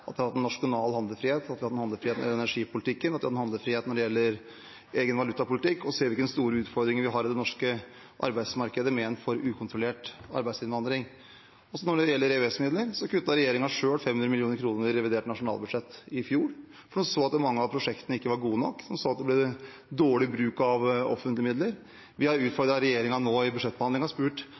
at vi har hatt en nasjonal handlefrihet, at vi har hatt en handlefrihet i energipolitikken, at vi har hatt en handlefrihet når det gjelder egen valutapolitikk, og ser hvilke store utfordringer vi har i det norske arbeidsmarkedet med en for ukontrollert arbeidsinnvandring. Når det gjelder EØS-midler, kuttet regjeringen selv 500 mill. kr i revidert nasjonalbudsjett i fjor, for de så at mange av prosjektene ikke var gode nok, de så at det ble en dårlig bruk av offentlige midler. Vi har utfordret regjeringen i budsjettbehandlingen nå og spurt: